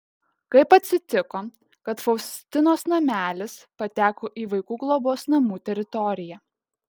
kaip atsitiko kad faustinos namelis pateko į vaikų globos namų teritoriją